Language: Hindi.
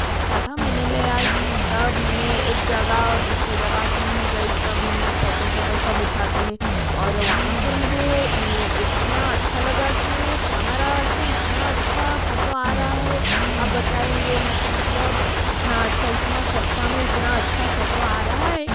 सस्ता था मैंने ले आई तब मैंने एक जगह और दूसरे जगह घूमने गई तब मैंने फोटो फोटो सब उठाते है और वहाँ पर मुझे इतना अच्छा लगा कि वो कैमरा से इतना अच्छा फोटो आ रहा है आप बताएंगे मतलब इतना अच्छा इतना सस्ता में इतना अच्छा फोटो आ रहा है